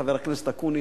חבר הכנסת אקוניס,